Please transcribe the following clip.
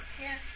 Yes